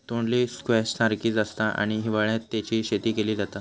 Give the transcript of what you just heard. तोंडली स्क्वैश सारखीच आसता आणि हिवाळ्यात तेची शेती केली जाता